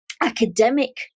academic